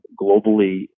globally